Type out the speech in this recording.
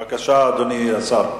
בבקשה, אדוני השר.